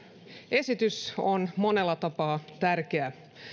esitys on monella tapaa tärkeä